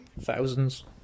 Thousands